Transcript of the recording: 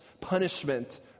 punishment